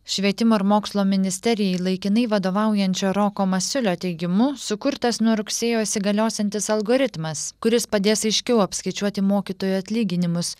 švietimo ir mokslo ministerijai laikinai vadovaujančio roko masiulio teigimu sukurtas nuo rugsėjo įsigaliosiantis algoritmas kuris padės aiškiau apskaičiuoti mokytojų atlyginimus